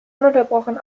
ununterbrochen